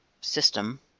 system